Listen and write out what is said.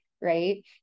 right